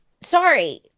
sorry